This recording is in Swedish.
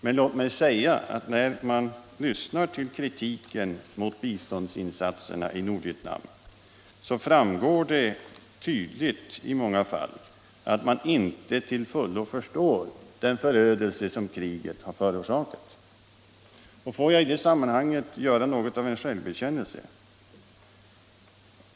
Men låt mig säga att det i många fall framgår av kritiken mot biståndsinsatserna i Nordvietnam att kritikerna inte till fullo förstår den förödelse som kriget har förorsakat. Låt mig i detta sammanhang göra något av en självbekännelse!